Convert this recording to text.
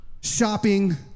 shopping